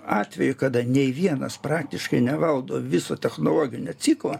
atveju kada nei vienas praktiškai nevaldo viso technologinio ciklo